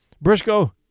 Briscoe